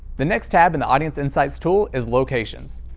the next tab in the audience insights tool is locations.